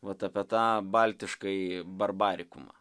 vat apie tą baltiškąjį barbarikumą